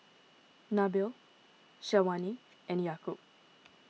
Nabil Syazwani and Yaakob